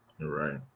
Right